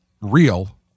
real